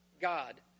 God